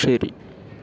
ശരി